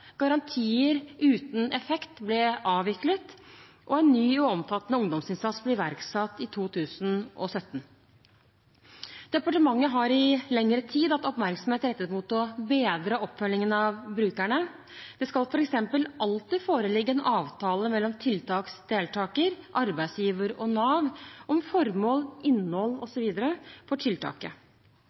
Garantier uten effekt ble avviklet, og en ny og omfattende ungdomsinnsats ble iverksatt i 2017. Departementet har i lengre tid hatt oppmerksomhet rettet mot å bedre oppfølgingen av brukerne. Det skal f.eks. alltid foreligge en avtale mellom tiltaksdeltaker, arbeidsgiver og Nav om formål, innhold osv. for tiltaket.